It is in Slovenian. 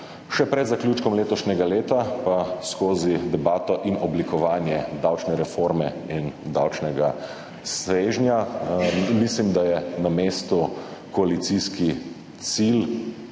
Še pred zaključkom letošnjega leta pa skozi debato in oblikovanje davčne reforme in davčnega svežnja ... Mislim, da je na mestu koalicijski cilj